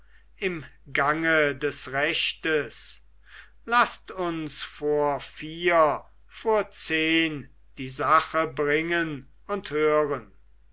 im gange des rechtes laßt uns vor vier vor zehn die sache bringen und hören